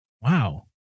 wow